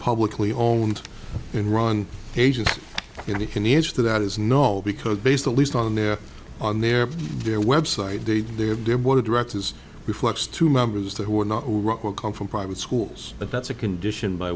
publicly owned and run agents and he can answer to that is no because based at least on their on their their website date they had their board of directors reflects to members they were not come from private schools but that's a condition by